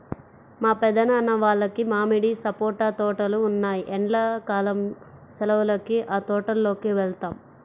మా పెద్దనాన్న వాళ్లకి మామిడి, సపోటా తోటలు ఉన్నాయ్, ఎండ్లా కాలం సెలవులకి ఆ తోటల్లోకి వెళ్తాం